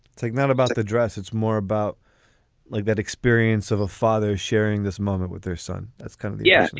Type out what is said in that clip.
take note about the dress. it's more about like that experience of a father sharing this moment with their son that's kind of. yes.